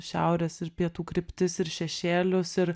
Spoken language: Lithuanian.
šiaurės ir pietų kryptis ir šešėlius ir